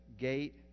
gate